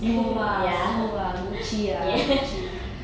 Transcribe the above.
ya ya